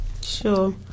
Sure